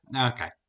Okay